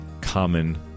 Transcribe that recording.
common